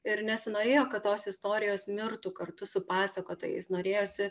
ir nesinorėjo kad tos istorijos mirtų kartu su pasakotojais norėjosi